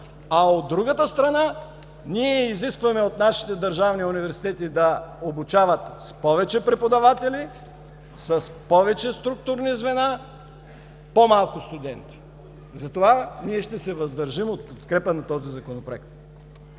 а от друга страна, ние изискваме от нашите държавни университети да обучават с повече преподаватели, с повече структурни звена по-малко студенти. Затова ние ще се въздържим от подкрепа на този Законопроект.